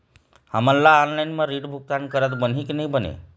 हमन ला ऑनलाइन म ऋण भुगतान करत बनही की नई बने?